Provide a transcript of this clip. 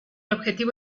objetivo